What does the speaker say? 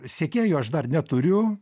sekėjų aš dar neturiu